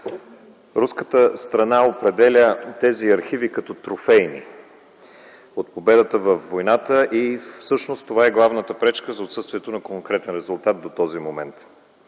Руската страна определя тези архиви като трофейни от победата във войната и всъщност това е главната пречка за отсъствието на конкретен резултат до този момент.